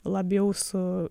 labiau su